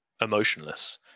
emotionless